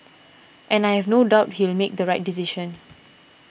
and I have no doubt he'll make the right decision